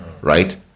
right